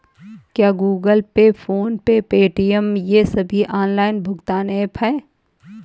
क्या Google Pay PhonePe Paytm ये सभी ऑनलाइन भुगतान ऐप हैं?